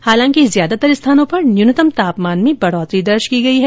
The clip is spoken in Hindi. हालांकि ज्यादातर स्थानों पर न्यूनतम तापमान में बढ़ोतरी दर्ज की गई है